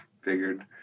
figured